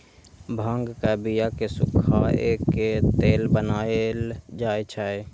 भांगक बिया कें सुखाए के तेल बनाएल जाइ छै